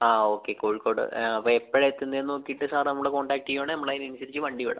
ആ ഓക്കെ കോഴിക്കോട് അപ്പം എപ്പോഴാണ് എത്തുന്നേന്ന് നോക്കീട്ട് സാറ് നമ്മളെ കോൺടാക്ട് ചെയ്യുവാണെങ്കിൽ നമ്മൾ അതിനനുസരിച്ച് വണ്ടി വിടാം